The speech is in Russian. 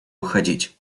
уходить